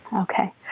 Okay